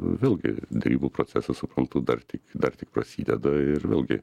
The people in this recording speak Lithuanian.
vėlgi derybų procesas suprantu dar tik dar tik prasideda ir vėlgi